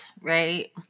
right